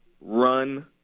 Run